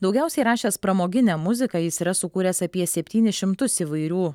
daugiausiai rašęs pramoginę muziką jis yra sukūręs apie septynis šimtus įvairių